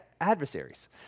adversaries